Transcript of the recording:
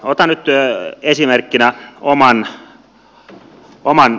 otan nyt esimerkkinä oman kotini